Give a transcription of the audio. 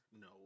no